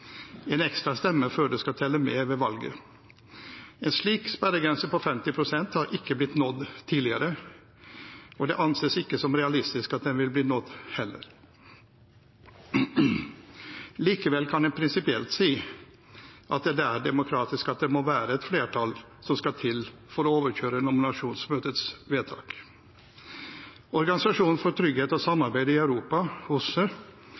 en ekstra stemme før det skal telle med ved valget. En slik sperregrense på 50 pst. har ikke blitt nådd tidligere, og det anses ikke som realistisk at den vil bli nådd heller. Likevel kan en prinsipielt si at det er demokratisk at det må være et flertall som skal til for å overkjøre nominasjonsmøtets vedtak. Organisasjonen for sikkerhet og